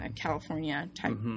California-type